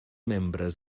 membres